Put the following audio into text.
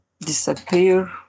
disappear